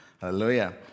Hallelujah